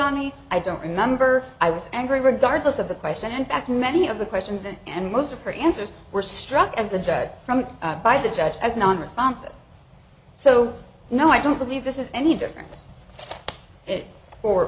on me i don't remember i was angry regardless of the question in fact many of the questions and most of her answers were struck as the judge from by the judge as non responsive so no i don't believe this is any different or for